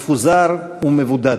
מפוזר ומבודד.